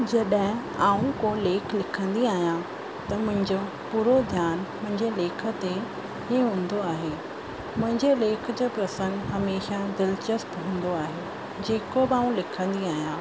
जॾहिं आऊं को लेख लिखंदी आहियां त मुंहिंजो पूरो ध्यानु मुंहिंजे लेख ते ई हूंदो आहे मुंहिंजे लेख जो प्रसंग हमेशह दिलचस्पु हूंदो आहे जेको बि आऊं लिखंदी आहियां